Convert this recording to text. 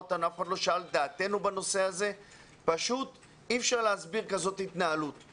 אף אחד לא שאל לדעתנו בנושא הזה ופשוט אי אפשר להסביר התנהלות כזאת.